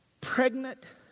pregnant